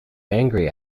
angry